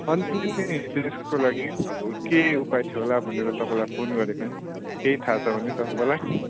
अनि त्यसको लागि अब के उपाय थियो होला भनेर तपाईँलाई फोन गरेको नि केही थाहा छ भने तपाईँलाई